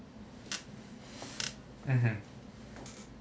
mmhmm